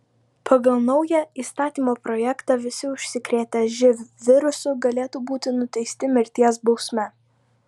pagal naują įstatymo projektą visi užsikrėtę živ virusu galėtų būti nuteisti mirties bausme